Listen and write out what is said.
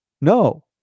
no